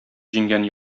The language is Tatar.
җиңгән